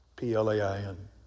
P-L-A-I-N